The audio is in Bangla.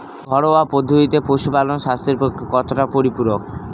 ঘরোয়া পদ্ধতিতে পশুপালন স্বাস্থ্যের পক্ষে কতটা পরিপূরক?